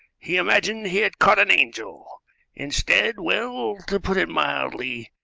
he imagined he had caught an angel instead well, to put it mildly,